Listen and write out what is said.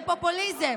זה פופוליזם.